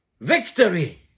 victory